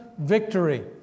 victory